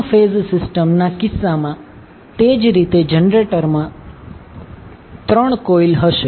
3 phase system ના કિસ્સામાં તે જ રીતે જનરેટરમાં 3 કોઇલ હશે